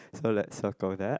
so let's circle that